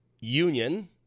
Union